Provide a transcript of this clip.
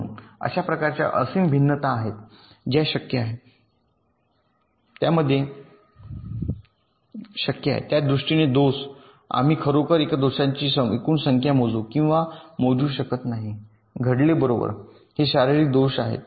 म्हणून अशा प्रकारच्या असीम भिन्नता आहेत ज्या शक्य आहे त्या दृष्टीने दोष आम्ही खरोखर अशा दोषांची एकूण संख्या मोजू किंवा मोजू शकत नाही घडले बरोबर हे शारीरिक दोष आहेत